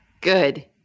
Good